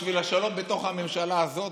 בשביל השלום בתוך הממשלה הזאת,